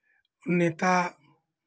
नेता